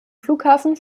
flughafen